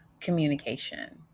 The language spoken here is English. Communication